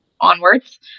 onwards